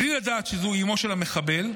בלי לדעת שזו אימו של המחבל,